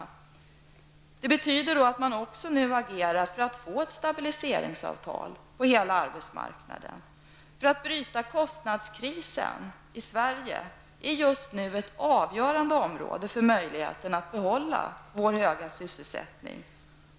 Det betyder då att man nu också agerar för att få ett stabiliseringavtal på hela arbetsmarknaden. Att bryta kostnadskrisen i Sverige är just nu avgörande för möjligheten att behålla vår höga sysselsättning.